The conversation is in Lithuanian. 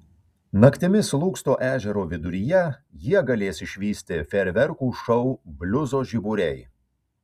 naktimis lūksto ežero viduryje jie galės išvysti fejerverkų šou bliuzo žiburiai